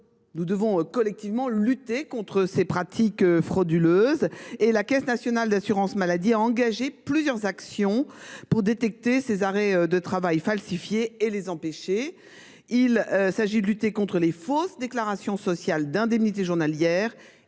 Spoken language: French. Nous devons donc lutter contre ces pratiques frauduleuses. La Cnam a engagé plusieurs actions pour détecter les arrêts de travail falsifiés et les empêcher. Il s’agit de lutter contre les fausses déclarations sociales d’indemnités journalières